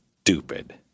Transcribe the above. stupid